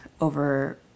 over